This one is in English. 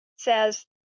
says